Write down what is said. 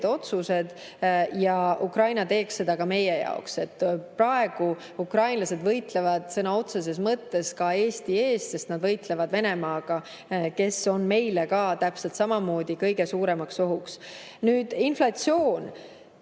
otsused ja Ukraina teeks seda ka meie jaoks. Praegu ukrainlased võitlevad sõna otseses mõttes ka Eesti eest, sest nad võitlevad Venemaaga, kes on meile täpselt samamoodi kõige suuremaks ohuks. Nüüd inflatsioonist.